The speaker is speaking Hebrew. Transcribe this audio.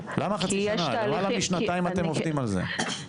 למעלה משנתיים אתם עובדים על זה.